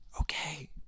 okay